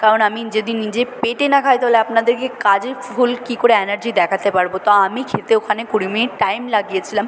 কারণ আমি যদি নিজে পেটে না খাই তাহলে আপনাদেরকে কাজে ফুল কী করে এনার্জি দেখাতে পারব তো আমি খেতে ওখানে কুড়ি মিনিট টাইম লাগিয়েছিলাম